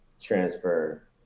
transfer